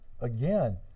again